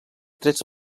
trets